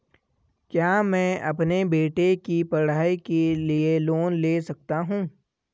क्या मैं अपने बेटे की पढ़ाई के लिए लोंन ले सकता हूं?